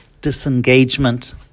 disengagement